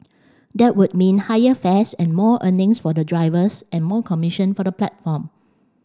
that would mean higher fares and more earnings for the drivers and more commission for the platform